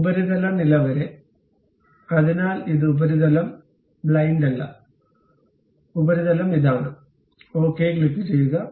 ഉപരിതല നില വരെ അതിനാൽ ഇത് ഉപരിതലം ബ്ലൈണ്ടല്ല ഉപരിതലം ഇതാണ് ഓക്കേ ക്ലിക്കുചെയ്യുക